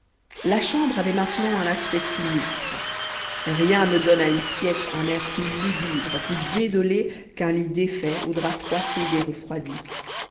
la chambre avait maintenant un aspect sinistre rien ne donne à une pièce un air plus lugubre plus désolé qu'un lit défait aux draps froissés et refroidis